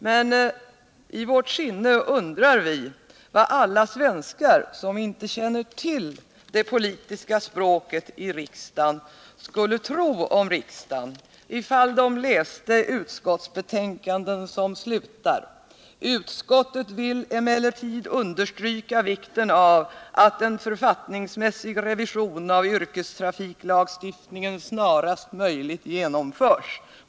Men i vårt sinne undrar vi vad alla svenskar som inte känner till det politiska språket i riksdagen skulle tro om riksdagen, ifall de läste utskottsbetänkanden som slutar: ”Utskottet vill emellertid understryka vikten av att en författningsmässig revision av yrkestrafiklagstiftningen snarast möjligt genomförs.